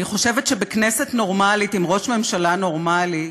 אני חושבת שבכנסת נורמלית, עם ראש ממשלה נורמלי,